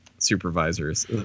supervisors